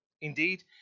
Indeed